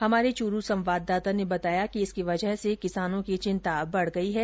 हमारे संवाददाता ने बताया कि इसकी वजह से किसानों की चिंता बढ गई है